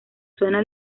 zona